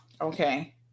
Okay